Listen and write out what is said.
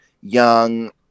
young